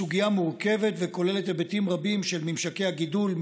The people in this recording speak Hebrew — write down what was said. הסוגיה מורכבת וכוללת היבטים רבים של ממשקי הגידול,